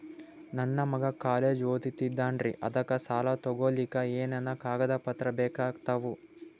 ನನ್ನ ಮಗ ಕಾಲೇಜ್ ಓದತಿನಿಂತಾನ್ರಿ ಅದಕ ಸಾಲಾ ತೊಗೊಲಿಕ ಎನೆನ ಕಾಗದ ಪತ್ರ ಬೇಕಾಗ್ತಾವು?